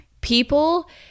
People